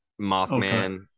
mothman